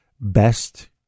best